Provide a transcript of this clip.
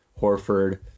Horford